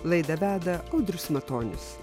laidą veda audrius matonis